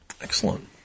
Excellent